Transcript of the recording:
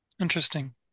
Interesting